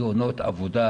תאונות עבודה,